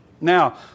Now